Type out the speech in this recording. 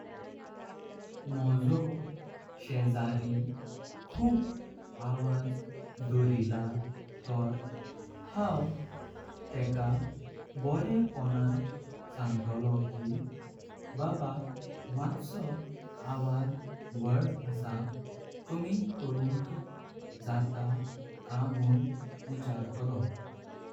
माझो शेजारी खूप आवाज दोरिला तोर हांव तेका बरे पोंण सांगतलो कि बाबा माजो आवाज व्हड आसा। कमी द्रुंक जाता का मून विचरतलो।